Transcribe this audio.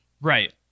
Right